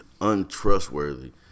untrustworthy